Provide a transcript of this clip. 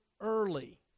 early